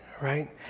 right